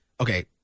Okay